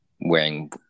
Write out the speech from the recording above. wearing